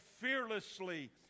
fearlessly